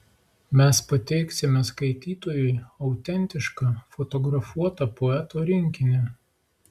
mes pateiksime skaitytojui autentišką fotografuotą poeto rinkinį